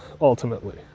ultimately